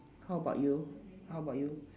how about you how about you